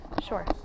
Sure